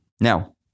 Now